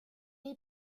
est